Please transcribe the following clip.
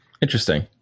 Interesting